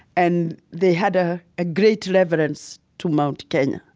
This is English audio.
and they had a great reverence to mount kenya.